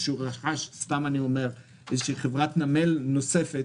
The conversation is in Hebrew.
או שהוא רכש חברת נמל נוספת,